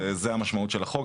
וזאת המשמעות של החוק.